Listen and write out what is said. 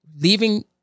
leaving